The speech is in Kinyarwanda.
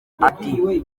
ati